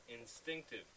instinctive